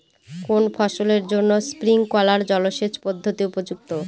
কোন ফসলের জন্য স্প্রিংকলার জলসেচ পদ্ধতি উপযুক্ত?